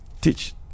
teach